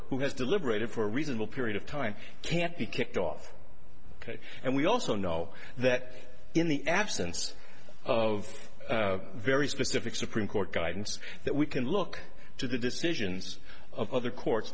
who has deliberated for a reasonable period of time can't be kicked off ok and we also know that in the absence of very specific supreme court guidance that we can look to the decisions of other court